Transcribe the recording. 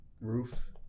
roof